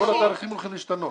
כל התאריכים הולכים להשתנות.